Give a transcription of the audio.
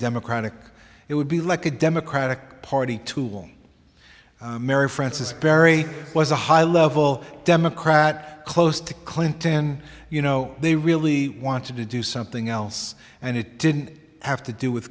democratic it would be like a democratic party tool mary frances berry was a high level democrat close to clinton you know they really wanted to do something else and it didn't have to do with